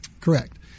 Correct